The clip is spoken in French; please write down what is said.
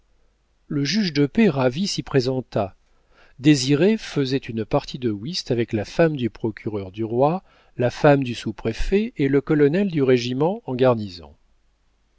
le juge de paix ravi s'y présenta désiré faisait une partie de whist avec la femme du procureur du roi la femme du sous-préfet et le colonel du régiment en garnison